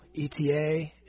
ETA